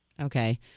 Okay